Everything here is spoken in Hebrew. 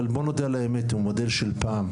אבל בוא נודה על האמת הוא מודל של פעם,